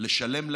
לשלם להם,